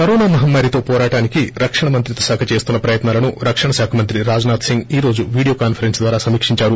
corona మహమ్మారితో పోరాటానికి రక్షణ మంత్రిత్వ శాఖ చేస్తున్న ప్రయత్నాలను రక్షణ శాఖ మంత్రి రాజ్ నాధ్ సింగ్ ఈ రోజు వీడియో కాన్సరెన్స్ ద్వారా సమీక్షించారు